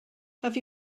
have